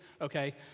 okay